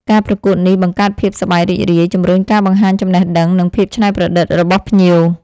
ការប្រកួតនេះបង្កើនភាពសប្បាយរីករាយ ជម្រុញការបង្ហាញចំណេះដឹង និងភាពច្នៃប្រឌិតរបស់ភ្ញៀវ,